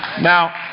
Now